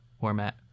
format